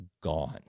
gone